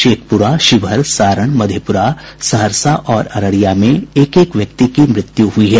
शेखपुरा शिवहर सारण मधेप्रा सहरसा और अररिया में एक एक व्यक्ति की मृत्यु हुई है